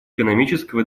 экономического